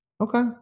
Okay